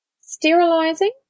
Sterilizing